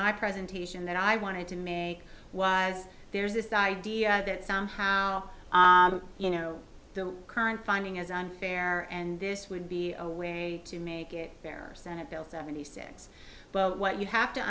my presentation that i wanted to make was there's this idea that somehow you know the current funding is unfair and this would be a way to make it fairer senate bill seventy six well what you have to